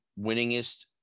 winningest